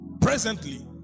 Presently